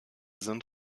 sind